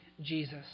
Jesus